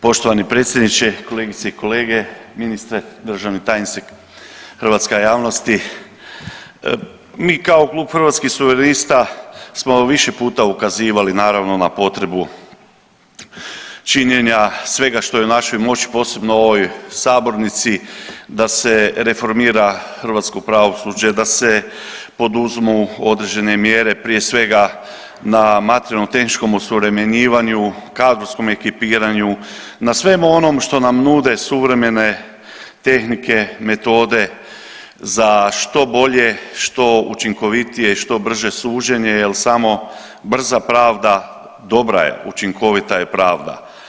Poštovani predsjedniče, kolegice i kolege, ministre, državni tajniče, hrvatska javnosti, mi kao Klub Hrvatskih suverenista smo više puta ukazivali naravno na potrebu činjenja svega što je u našoj moći posebno u ovoj sabornici da se reformira hrvatsko pravosuđe, da se poduzmu određene mjere prije svega na materijalno tehničkom osuvremenjivanju, kadrovskom ekipiranju, na svemu onom što nam nude suvremene tehnike, metode za što bolje, što učinkovitije i što brže suđenje jer samo brza pravda, dobra je učinkovita je pravda.